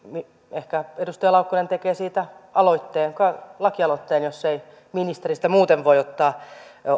ehkä edustaja laukkanen tekee siitä lakialoitteen jos ei ministeri sitä muuten voi ottaa